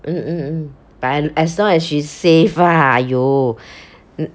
mm mm mm but as long as she's safe ah !aiyo!